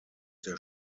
der